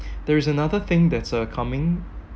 there is another thing that's uh coming